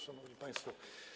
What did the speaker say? Szanowni Państwo!